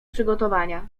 przygotowania